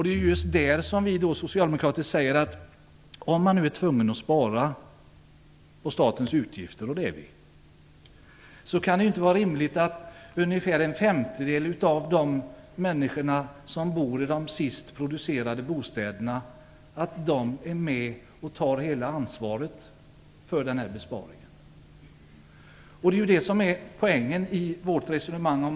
Om man nu är tvungen att spara på statens utgifter, och det är man, säger vi socialdemokrater det inte kan vara rimligt att ungefär en femtedel av de människor som bor i de senast producerade bostäderna tar hela ansvaret för besparingen. Det är det som är poängen i vårt resonemang.